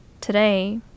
Today